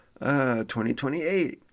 2028